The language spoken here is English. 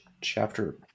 chapter